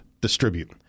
distribute